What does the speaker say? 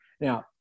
Now